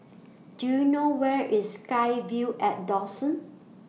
Do YOU know Where IS SkyVille At Dawson